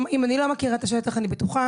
אם אני לא מכירה את השטח אני בטוחה